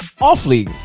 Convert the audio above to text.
awfully